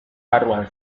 barruan